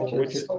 which